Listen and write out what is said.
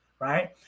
right